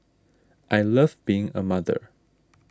I love being a mother